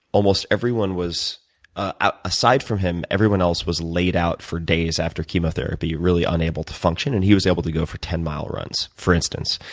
almost everyone was aside from him, everyone else was laid out for days after chemotherapy, really unable to function, and he was able to go for ten-mile runs, for instance.